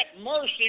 mercy